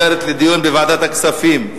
עוברת לדיון בוועדת הכספים.